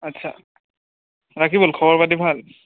আচ্ছা ৰাকিবুল খবৰপাতি ভাল